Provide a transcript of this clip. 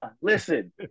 Listen